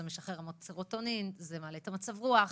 זה משחרר סרוטונין, זה מעלה את מצב הרוח,